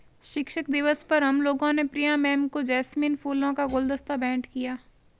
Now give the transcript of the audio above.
शिक्षक दिवस पर हम लोगों ने प्रिया मैम को जैस्मिन फूलों का गुलदस्ता भेंट किया